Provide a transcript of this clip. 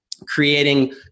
creating